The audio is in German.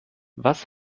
was